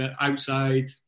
outside